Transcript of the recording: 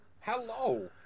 hello